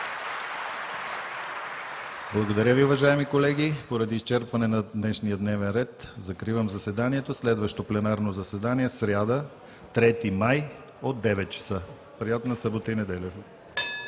Благодаря Ви, уважаеми колеги. Поради изчерпване на днешния дневен ред закривам заседанието. Следващото пленарно заседание – сряда, 3 май 2017 г., от 9,00 часа. Приятна събота и неделя!